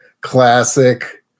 Classic